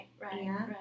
right